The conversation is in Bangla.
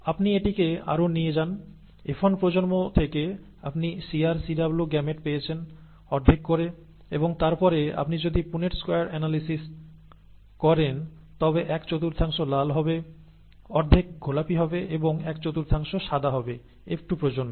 আপনি এটিকে আরও নিয়ে যান F1 প্রজন্ম থেকে আপনি CR CW গ্যামেট পেয়েছেন অর্ধেক করে এবং তারপরে আপনি যদি পুনেট স্কয়ার অ্যানালিসিস করেন তবে এক চতুর্থাংশ লাল হবে অর্ধেক গোলাপী হবে এবং এক চতুর্থাংশ সাদা হবে F2 প্রজন্মে